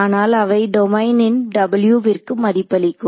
ஆனால் அவை டொமைனின் w விற்கு மதிப்பளிக்கும்